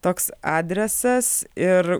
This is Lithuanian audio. toks adresas ir